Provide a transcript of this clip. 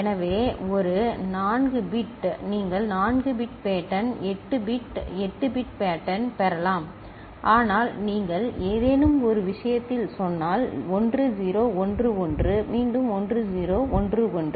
எனவே ஒரு 4 பிட் நீங்கள் 4 bit pattern 8 bit 8 bit pattern சரி பெறலாம் ஆனால் நீங்கள் ஏதேனும் ஒரு விஷயத்தில் சொன்னால் 1 0 1 1 மீண்டும் 1 0 1 1